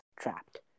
trapped